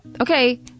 okay